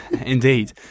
indeed